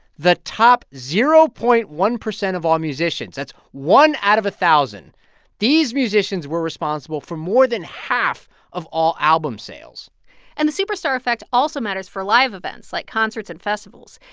the top zero point one zero of all musicians that's one out of a thousand these musicians were responsible for more than half of all album sales and the superstar effect also matters for live events like concerts and festivals.